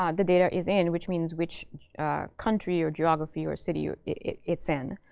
um the data is in, which means which country or geography or city it's in.